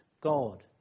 God